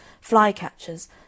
flycatchers